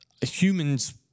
human's